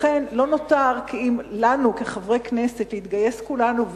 לכן לא נותר לנו, כחברי כנסת, אלא להתגייס כולנו.